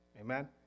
Amen